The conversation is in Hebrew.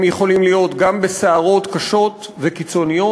הם יכולים להיות גם בסערות קשות וקיצוניות,